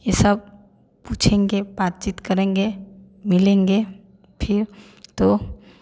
ये सब पूछेंगे बातचीत करेंगे मिलेंगे फिर तो